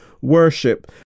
worship